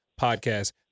podcast